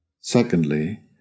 Secondly